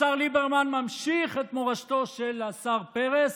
השר ליברמן ממשיך את מורשתו של השר פרס,